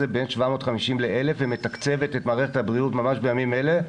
בין 750 ל-1,000 ומתקצבת את מערכת הבריאות ממש בימים אלה,